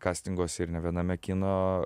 kastinguose ir ne viename kino